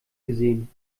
gesehen